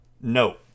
no